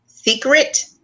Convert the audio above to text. secret